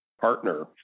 partner